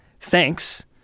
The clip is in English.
thanks